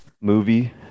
movie